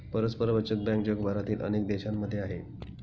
परस्पर बचत बँक जगभरातील अनेक देशांमध्ये आहे